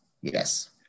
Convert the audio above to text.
Yes